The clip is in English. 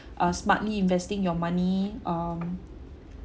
uh smartly investing your money um